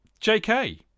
JK